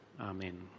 Amen